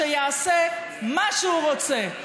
שיעשה מה שהוא רוצה.